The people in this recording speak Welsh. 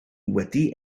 wedi